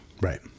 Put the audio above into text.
Right